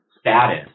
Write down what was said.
status